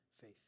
faith